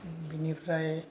बिनिफ्राय